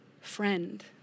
friend